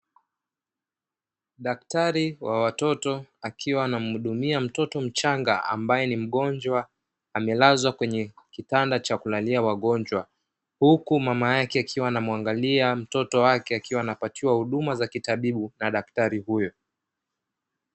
Daktari wa watoto akiwa anamuhudumia mtoto mchanga ambaye ni mgonjwa, amelazwa kwenye kitanda cha kulalia wagonjwa, huku mama yake akiwa anamuangalia mtoto wake akiwa anapatiwa huduma za kitabibu na daktari huyo.